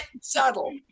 Subtle